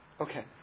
Okay